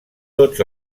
tots